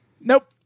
Nope